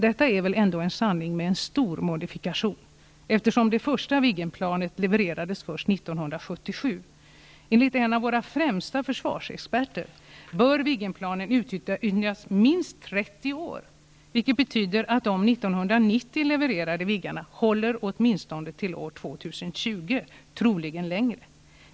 Detta är väl ändå en sanning med en stor modifikation eftersom det första Viggenplanet levererades först 1977. Enligt en av våra främsta försvarsexperter bör Viggenplanen utnyttjas minst 30 år, vilket betyder att de 1990 levererade Viggenplanen håller åtminstone till år 2020, troligen längre.